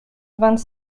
vingt